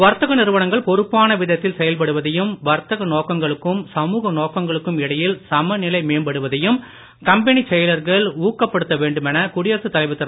வர்த்தக நிறுவனங்கள் பொறுப்பான விதத்தில் செயல்படுவதையும் வர்த்தக நோக்கங்களுக்கும் சமூக நோக்கங்களுக்கும் இடையில் சமநிலை மேம்படுவதையும் கம்பெனிச் செயலர்கள் ஊக்குவிக்க வேண்டுமென குடியரசுத் தலைவர் திரு